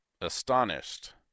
astonished